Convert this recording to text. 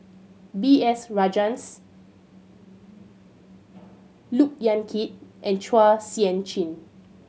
B S Rajhans Look Yan Kit and Chua Sian Chin